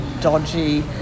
dodgy